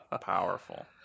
Powerful